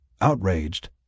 Outraged